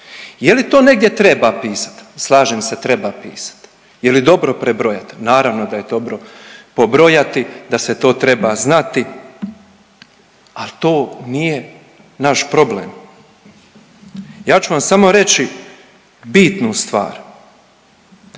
Je li to negdje treba pisat? Slažem se treba pisat. Je li dobro prebrojat? Naravno da je dobro pobrojati, da se to treba znati, ali to nije naš problem. Ja ću vam samo reći bitnu stvar,